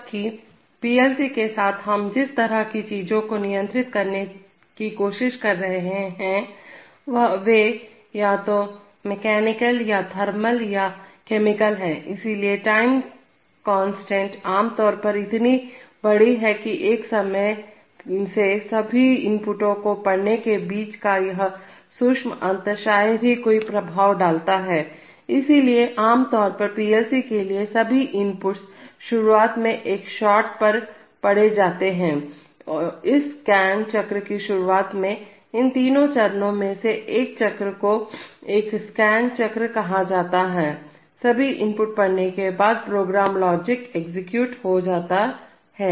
जबकि पीएलसी के साथ हम जिस तरह की चीजों को नियंत्रित करने की कोशिश कर रहे हैं वे या तो मैकेनिकल या थर्मल या केमिकल हैं इसलिए टाइम कांस्टेंट आमतौर पर इतनी बड़ी है कि एक समय में सभी इनपुटों को पढ़ने के बीच का यह सूक्ष्म अंतर शायद ही कोई प्रभाव डालता है इसलिए आमतौर पर पीएलसी के लिए सभी इनपुट्स शुरुआत में एक शॉट पर पढ़े जाते हैं इस स्कैन चक्र की शुरुआत में इन तीन चरणों में से एक चक्र को एक स्कैन चक्र कहा जाएगा सभी इनपुट पढ़ने के बाद प्रोग्राम लॉजिक एग्जीक्यूट हो जाता है